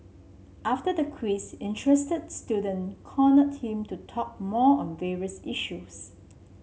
after the quiz interested student cornered him to talk more on various issues